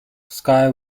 sky